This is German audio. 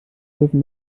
dürfen